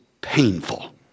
painful